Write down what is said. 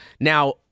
Now